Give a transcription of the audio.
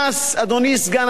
אדוני סגן השר,